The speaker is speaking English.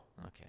Okay